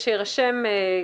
שיירשם.